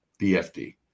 bfd